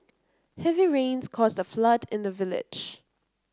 heavy rains caused a flood in the village